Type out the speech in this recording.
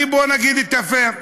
אני, בוא נגיד פייר,